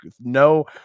no